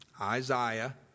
Isaiah